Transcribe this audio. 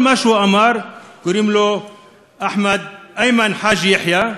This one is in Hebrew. כל מה שהוא אמר, קוראים לו אחמד איימן חאג' יחיא,